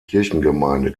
kirchengemeinde